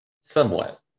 somewhat